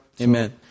Amen